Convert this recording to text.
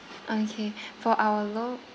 okay for our low